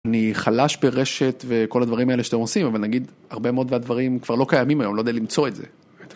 אני חלש ברשת וכל הדברים האלה שאתם עושים אבל נגיד הרבה מאוד דברים כבר לא קיימים היום לא יודע למצוא את זה.